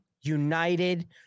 united